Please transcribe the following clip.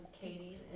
Katie